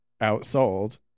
outsold